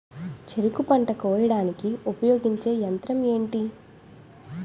చెరుకు పంట కోయడానికి ఉపయోగించే యంత్రం ఎంటి?